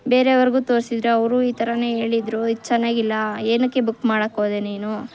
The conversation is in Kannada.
ಬೇರೆಯವ್ರಿಗೂ ತೋರಿಸಿದ್ರೆ ಅವರು ಈ ಥರವೇ ಹೇಳಿದ್ರು ಇದು ಚೆನ್ನಾಗಿಲ್ಲ ಏನಕ್ಕೆ ಬುಕ್ ಮಾಡೋಕೋದೆ ನೀನು